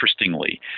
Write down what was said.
interestingly